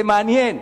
זה מעניין,